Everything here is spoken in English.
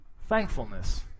Thankfulness